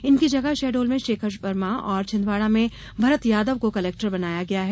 इनकी जगह शहडोल में शेखर वर्मा और छिंदवाड़ा में भरत यादव को कलेक्टर बनाया गया है